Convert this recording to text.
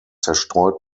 zerstreut